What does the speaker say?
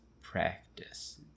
practice